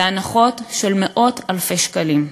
בהנחות של מאות אלפי שקלים.